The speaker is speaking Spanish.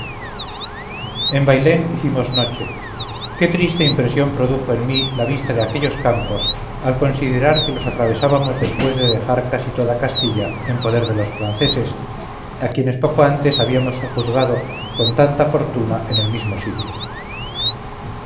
en bailén hicimos noche qué triste impresión produjo en mí la vista de aquellos campos al considerar que los atravesábamos después de dejar casi toda castilla en poder de los franceses a quienes poco antes habíamos sojuzgado con tanta fortuna en el mismo sitio